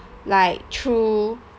like through